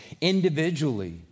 individually